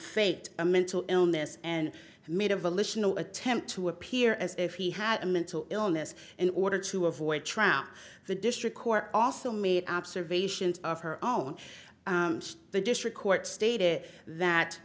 faked a mental illness and made of alicia no attempt to appear as if he had a mental illness in order to avoid trout the district court also made observations of her own the district court stated that